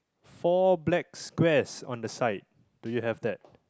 four black squares on the side do you have that